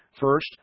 First